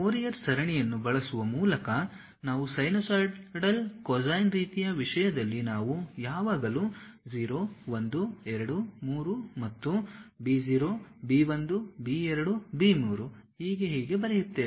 Fourier ಸರಣಿಯನ್ನು ಬಳಸುವ ಮೂಲಕ ನಾವು ಸೈನುಸೈಡಲ್ ಕೊಸೈನ್ ರೀತಿಯ ವಿಷಯದಲ್ಲಿ ನಾವು ಯಾವಾಗಲೂ 0 1 2 3 ಮತ್ತು b 0 b 1 b 2 b 3 ಹೀಗೆ ಹೀಗೆ ಬರೆಯುತ್ತೇವೆ